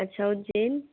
अच्छा उज्जैन